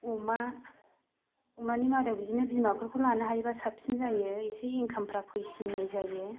अमानि मादाव बिदिनो बिमाफोरखौ लानो हायोब्ला साबसिन जायो इसे इनकामफोरा फैसिननाय जायो